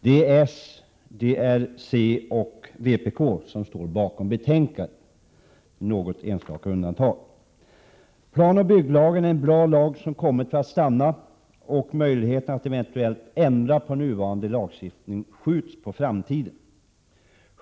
Det är socialdemokraterna, centern och vpk som står bakom betänkandet, med något enstaka undantag. Planoch bygglagen är en bra lag, som har kommit för att stanna. Möjligheten att ändra på nuvarande lagstiftning skjuts på framtiden.